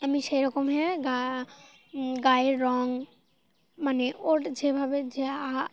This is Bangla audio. আমি সেরকম হয়ে গা গায়ের রঙ মানে ওর যেভাবে যা আ